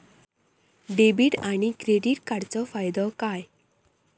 Debit आणि credit कार्डचो फायदो काय?